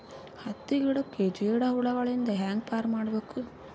ಹತ್ತಿ ಗಿಡಕ್ಕೆ ಜೇಡ ಹುಳಗಳು ಇಂದ ಹ್ಯಾಂಗ್ ಪಾರ್ ಮಾಡಬೇಕು?